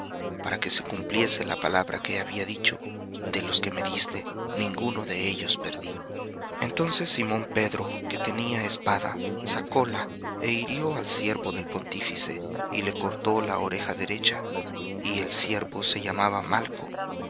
para que se cumpliese la palabra que había dicho de los que me diste ninguno de ellos perdí entonces simón pedro que tenía espada sacóla é hirió al siervo del pontífice y le cortó la oreja derecha y el siervo se llamaba malco